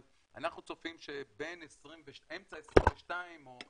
אבל אנחנו צופים שבאמצע 22' או